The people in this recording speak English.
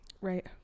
Right